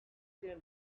their